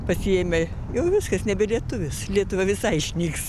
pasiėmę jau viskas nebe lietuvis lietuva visai išnyks